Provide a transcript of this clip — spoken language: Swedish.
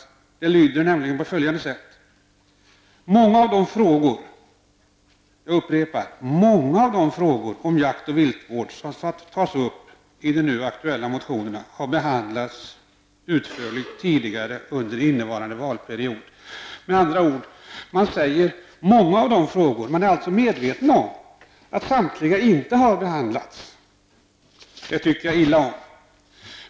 Utskottets motivering lyder nämligen på följande sätt: ''Många av de frågor'' -- jag upprepar, många av de frågor -- ''om jakt och viltvård som tas upp i de nu aktuella motionerna har behandlats utförligt tidigare under innevarande valperiod --.'' Man är alltså medveten om att inte samtliga frågor har behandlats. Detta tycker jag illa om.